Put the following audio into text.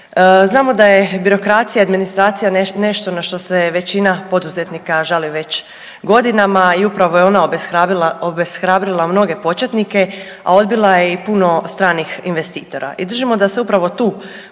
Znamo da je birokracija i administracija nešto na što se većina poduzetnika žali već godinama i upravo je ona obeshrabrila mnoge početnike, a odbila je puno stranih investitora